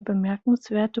bemerkenswerte